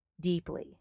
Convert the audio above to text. deeply